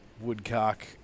woodcock